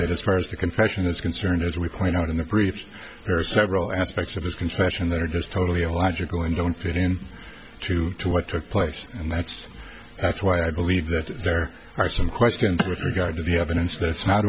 that as far as the confession is concerned as we point out in the brief there are several aspects of his confession that are just totally illogical and don't fit in to to what took place and that's that's why i believe that there are some questions with regard to the evidence that's not